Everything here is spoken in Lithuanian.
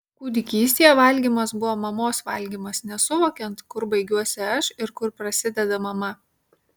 kūdikystėje valgymas buvo mamos valgymas nesuvokiant kur baigiuosi aš ir kur prasideda mama